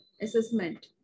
assessment